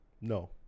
No